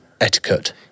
etiquette